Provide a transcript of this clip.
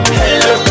hello